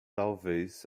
talvez